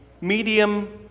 medium